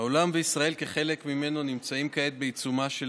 העולם וישראל כחלק ממנו נמצאים כעת בעיצומה של